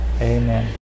Amen